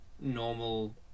normal